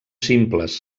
simples